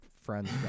friends